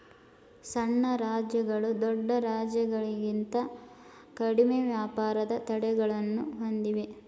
ಸಣ್ಣ ರಾಜ್ಯಗಳು ದೊಡ್ಡ ರಾಜ್ಯಗಳಿಂತ ಕಡಿಮೆ ವ್ಯಾಪಾರದ ತಡೆಗಳನ್ನು ಹೊಂದಿವೆ